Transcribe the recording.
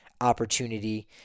opportunity